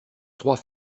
trois